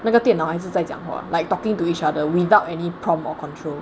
那个电脑还是在讲话 like talking to each other without any prompt or control